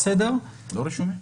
לא רשומים?